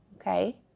okay